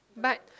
but